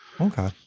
Okay